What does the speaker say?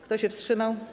Kto się wstrzymał?